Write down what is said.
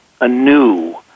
anew